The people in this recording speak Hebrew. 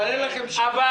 אבל --- אבל אין לכם --- אבל